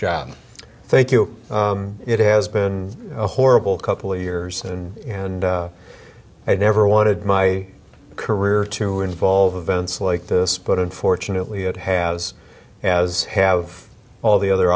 job thank you it has been a horrible couple of years and and i never wanted my career to involve events like this but unfortunately it has as have all the other